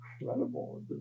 incredible